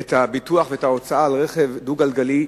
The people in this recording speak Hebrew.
את הביטוח ואת ההוצאה על רכב דו-גלגלי,